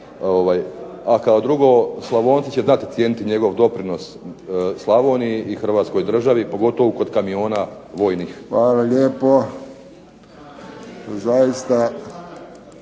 a kao drugo Slavonci će znati cijeniti njegov doprinos Slavoniji i Hrvatskoj državi pogotovo kod vojnih kamiona.